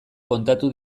kontatu